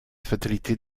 fatalité